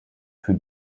für